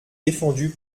défendue